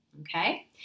okay